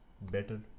better